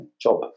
job